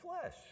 flesh